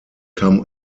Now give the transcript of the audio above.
come